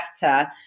better